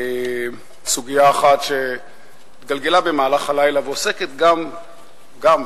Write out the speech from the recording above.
סוגיה אחת שהתגלגלה במהלך הלילה ועוסקת בתקציב,